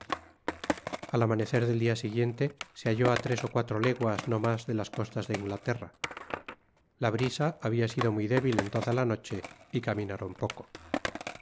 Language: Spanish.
al amanecer del dia siguiente se halló á tres ó cuatro leguas no mas de las costas de inglaterra la brisa habia sido muy débil en toda la noche y caminaron poco